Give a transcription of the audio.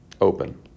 open